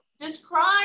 Describe